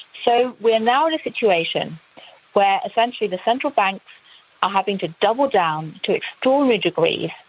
so we're now in a situation where essentially the central banks are having to double down to extraordinary degrees,